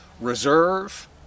reserve